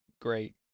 great